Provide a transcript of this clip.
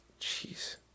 Jeez